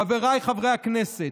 חבריי חברי הכנסת,